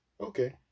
Okay